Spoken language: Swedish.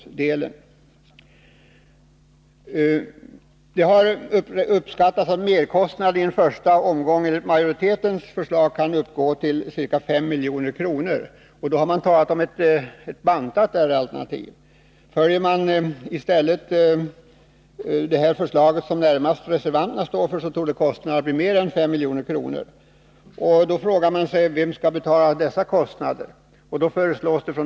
85 Det har uppskattats att merkostnaden i en första omgång för majoritetens förslag kan uppgå till ca 5 milj.kr. Då har man talat om ett bantat R-alternativ. Följer man i stället det förslag som reservanterna står för torde kostnaden bli mer än 5 milj.kr. Då frågar man sig: Vem skall betala dessa utgifter?